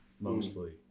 mostly